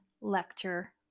lecture